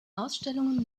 ausstellungen